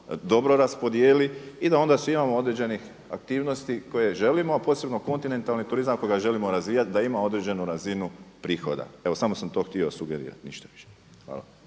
dobro raspodijeli i da onda … određenih aktivnosti koje želimo, posebno kontinentalni turizam ako ga želimo razvijati da ima određenu razinu prihoda. Evo samo sam to htio sugerirati ništa više. Hvala.